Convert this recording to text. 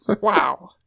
Wow